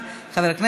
ישראל.